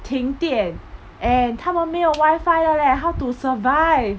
停电 and 他们没有 Wi-Fi leh how to survive